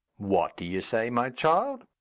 what do you say, my child?